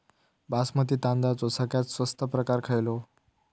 बासमती तांदळाचो सगळ्यात स्वस्त प्रकार खयलो?